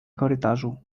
korytarzu